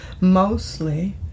Mostly